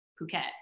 Phuket